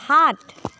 সাত